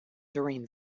during